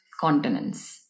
continents